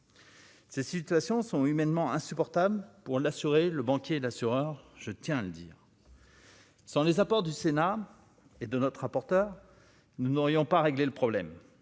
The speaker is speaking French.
Ces situations sont humainement insupportable pour l'assurer, le banquier, l'assureur, je tiens à le dire. Ce sont les apports du Sénat et de notre rapporteur, nous n'aurions pas régler le problème,